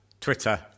Twitter